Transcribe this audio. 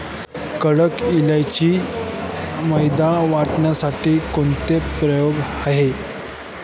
Credit कार्डची मर्यादा वाढवण्यासाठी कोणती प्रक्रिया आहे?